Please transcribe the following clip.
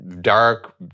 dark